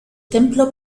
templo